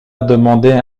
demander